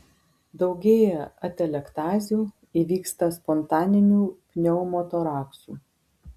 daugėja atelektazių įvyksta spontaninių pneumotoraksų